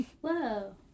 Whoa